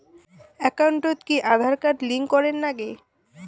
একাউন্টত কি Aadhaar card link করের নাগে?